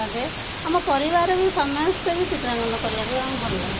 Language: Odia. ଲାଗେ ଆମ ପରିବାର ବି ସମସ୍ତେ ବି ଚିତ୍ରାଙ୍କନ କରିବାକୁ ଆମକୁ ଭଲ ଲାଗେ